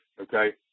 Okay